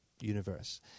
universe